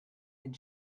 den